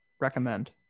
Recommend